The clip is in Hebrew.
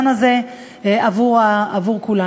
בסופו של דבר זה הופך להיות קרב גדול מאוד.